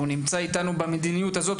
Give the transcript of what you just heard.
הוא נמצא איתנו באותה דעה ובאותה מדיניות.